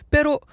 Pero